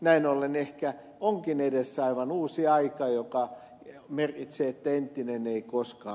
näin ollen ehkä onkin edessä aivan uusi aika joka merkitsee ettei kevene koska